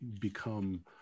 become